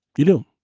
you do.